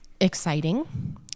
exciting